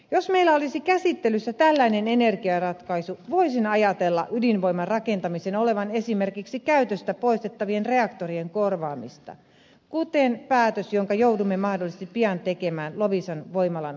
jos meillä olisi käsittelyssä tällainen energiaratkaisu voisin ajatella ydinvoiman rakentamisen olevan esimerkiksi käytöstä poistettavien reaktorien korvaamista kuten päätös jonka joudumme mahdollisesti pian tekemään loviisan voimalan osalta